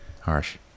Harsh